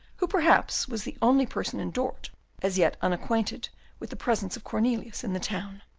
who perhaps was the only person in dort as yet unacquainted with the presence of cornelius in the town.